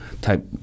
type